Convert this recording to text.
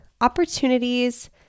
opportunities